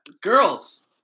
Girls